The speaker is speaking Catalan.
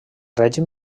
règim